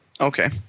Okay